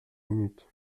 minutes